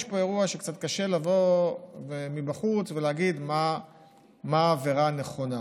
יש פה אירוע שקצת קשה לבוא מבחוץ ולהגיד מה העבירה הנכונה.